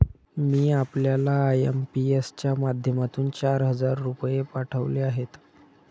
मी आपल्याला आय.एम.पी.एस च्या माध्यमातून चार हजार रुपये पाठवले आहेत